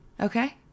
Okay